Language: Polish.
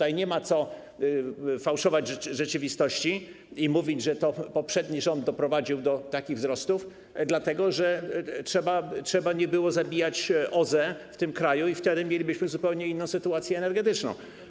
I nie ma co fałszować rzeczywistości i mówić, że to poprzedni rząd doprowadził do takich wzrostów, dlatego że nie trzeba było zabijać OZE w tym kraju i wtedy mielibyśmy zupełnie inną sytuację energetyczną.